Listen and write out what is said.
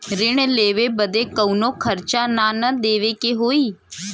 ऋण लेवे बदे कउनो खर्चा ना न देवे के होई?